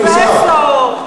הוא פרופסור.